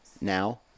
now